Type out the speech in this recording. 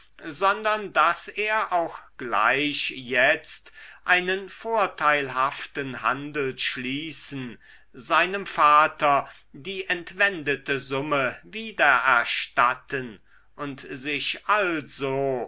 sondern daß er auch gleich jetzt einen vorteilhaften handel schließen seinem vater die entwendete summe wiedererstatten und sich also